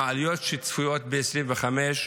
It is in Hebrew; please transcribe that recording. עם העליות שצפויות ב-2025,